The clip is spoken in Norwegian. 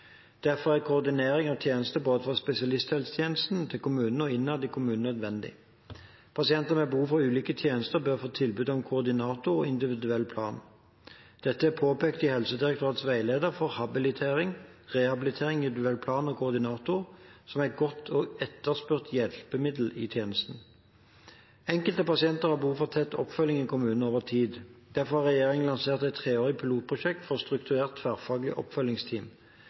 Derfor er koordinering av tjenestene både fra spesialisthelsetjenesten til kommunen og innad i kommunen nødvendig. Pasienter med behov for ulike tjenester bør få tilbud om koordinator og individuell plan. Dette er påpekt i Helsedirektoratets veileder for habilitering, rehabilitering, individuell plan og koordinator, som er et godt og etterspurt hjelpemiddel i tjenesten. Enkelte pasienter har behov for tett oppfølging i kommunene over tid. Derfor har regjeringen lansert et treårig pilotprosjekt for strukturert tverrfaglig oppfølgingsteam.